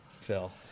Phil